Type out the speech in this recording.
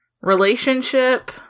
relationship